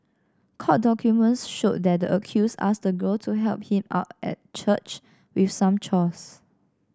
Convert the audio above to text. court documents showed that the accused asked the girl to help him out at the church with some chores